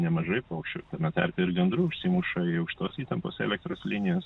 nemažai paukščių tame tarpe ir gandrų užsimuša į aukštos įtampos elektros linijas